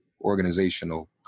organizational